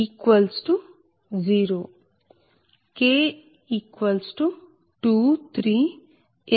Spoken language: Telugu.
n